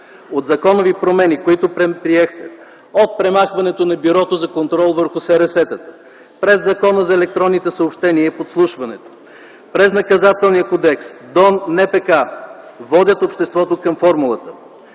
от законови промени, които предприехте от премахването на Бюрото за контрол върху срс-тата, през Закона за електронните съобщения и подслушването, през Наказателния кодекс до НПК водят обществото към формулата: